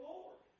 Lord